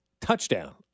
Touchdown